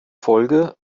folge